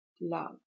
love